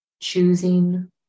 choosing